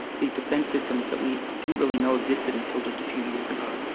these defence systems that we didn't really know existed until just a few years ago.